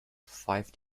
five